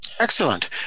excellent